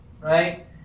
right